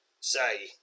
...say